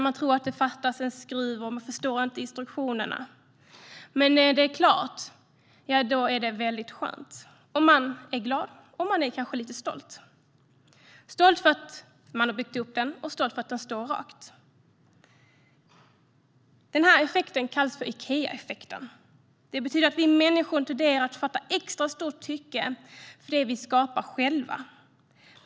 Man tror att det fattas en skruv, och man förstår inte instruktionerna. Men när det är klart är det skönt, och man är glad och kanske lite stolt - stolt för att man har byggt möbeln och stolt för att den står rakt. Den här effekten kallas Ikeaeffekten. Det betyder att vi människor tenderar att fatta extra stort tycke för det vi skapar själva.